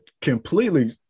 completely